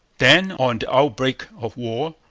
then, on the outbreak of war,